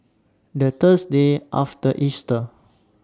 The Thursday after Easter